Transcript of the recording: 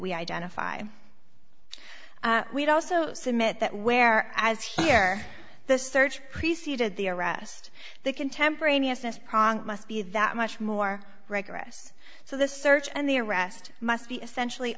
we identify we'd also submit that where as here the search preceded the arrest the contemporaneous pronk must be that much more rigorous so the search and the arrest must be essentially